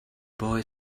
boy